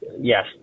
Yes